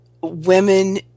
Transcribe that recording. Women